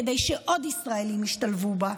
כדי שעוד ישראלים ישתלבו בה.